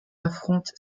affronte